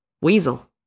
Weasel